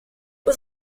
was